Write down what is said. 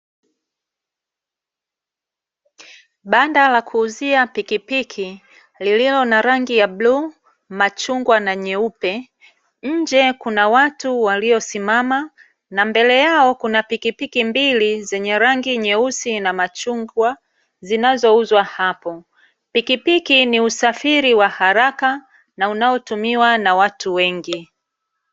Banda la kuuzia pikipiki lililo na rangi ya bluu, machungwa na nyeupe, nje kuna watu waliosimama, na mbele yao kuna pikipiki mbili zenye rangi nyeusi na machungwa zinazouzwa hapo. Pikipiki ni usafiri wa haraka na unaotumiwa na watu wengi.